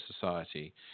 Society